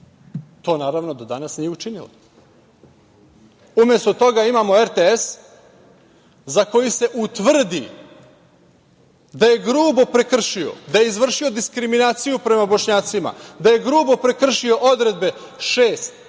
To naravno da danas nije učinila. Umesto toga imamo RTS za koji se utvrdi da je grubo prekršio, da je izvršio diskriminaciju prema Bošnjacima, da je grubo prekršio odredbe člana